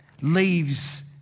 leaves